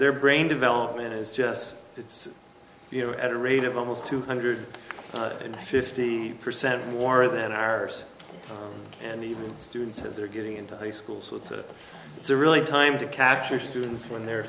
their brain development is just it's you know at a rate of almost two hundred fifty percent more than ours and even students as they're getting into high school so it's a it's a really time to capture students when they're